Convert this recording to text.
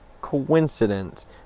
coincidence